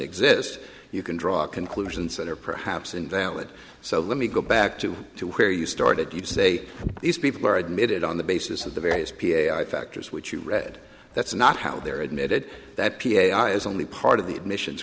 exist you can draw conclusions that are perhaps invalid so let me go back to to where you started you say these people are admitted on the basis of the various p i factors which you read that's not how they're admitted that p s a i is only part of the admissions